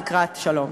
לקראת שלום.